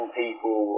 people